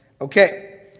Okay